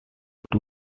two